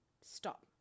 stop